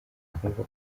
akumva